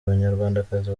abanyarwandakazi